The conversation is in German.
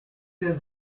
der